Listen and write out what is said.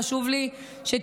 חשוב לי שתשמעו,